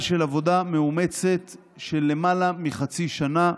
של עבודה מאומצת של למעלה מחצי שנה.